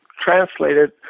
translated